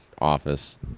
office